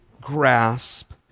grasp